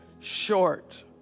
short